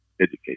education